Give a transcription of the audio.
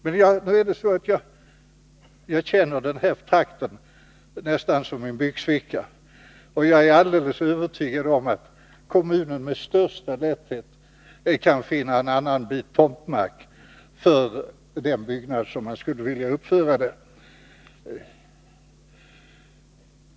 Men jag känner den här trakten nästan som min byxficka, och jag är alldeles övertygad om att kommunen med största lätthet kan finna en annan bit tomtmark för den byggnad man skulle vilja uppföra där.